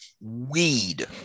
weed